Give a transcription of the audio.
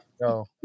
No